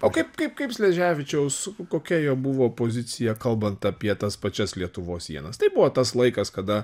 o kaip kaip kaip sleževičiaus kokia jo buvo pozicija kalbant apie tas pačias lietuvos sienas tai buvo tas laikas kada